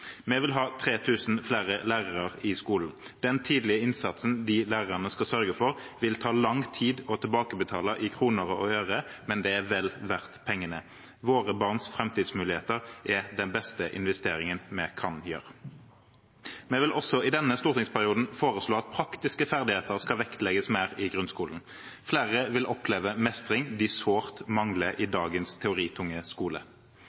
Vi vil ha 3 000 flere lærere i skolen. Den tidlige innsatsen de lærerne skal sørge for, vil det ta lang tid å tilbakebetale i kroner og øre, men det er vel verdt pengene. Våre barns framtidsmuligheter er den beste investeringen vi kan gjøre. Vi vil også i denne stortingsperioden foreslå at praktiske ferdigheter skal vektlegges mer i grunnskolen. Flere vil da oppleve mestring de sårt mangler i dagens teoritunge skole.